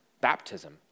Baptism